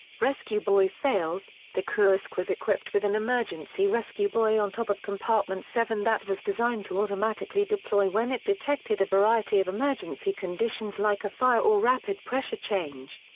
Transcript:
rescue buoy fails the kursk was equipped with an emergency rescue buoy on top of compartment seven that was designed to automatically deploy when it detected a variety of emergency conditions like a fire or rapid pressure change.